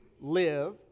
live